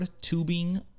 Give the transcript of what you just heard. tubing